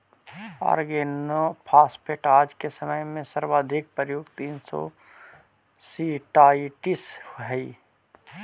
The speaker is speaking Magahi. ऑर्गेनोफॉस्फेट आज के समय में सर्वाधिक प्रयुक्त इंसेक्टिसाइट्स् हई